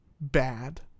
bad